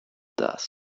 dust